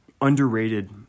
underrated